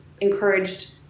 encouraged